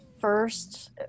first